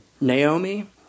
Naomi